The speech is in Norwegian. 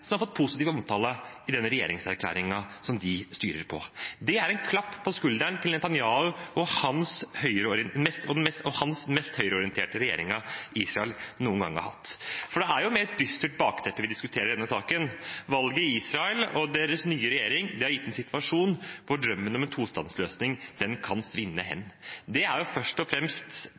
som har fått positiv omtale i den regjeringserklæringen som de styrer etter. Det er en klapp på skulderen til Netanyahu og den mest høyreorienterte regjeringen Israel noen gang har hatt. For det er med et dystert bakteppe vi diskuterer denne saken. Valget i Israel og deres nye regjering har gitt en situasjon hvor drømmen om en tostatsløsning kan svinne hen. Det er først og fremst